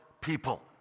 people